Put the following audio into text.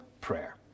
prayer